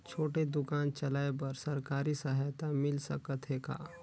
छोटे दुकान चलाय बर सरकारी सहायता मिल सकत हे का?